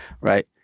Right